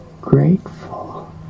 Grateful